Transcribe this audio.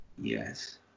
Yes